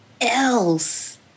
else